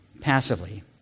passively